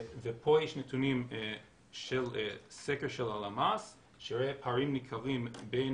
פה יש נתונים של סקר של הלמ"ס שמראה פערים ניכרים בין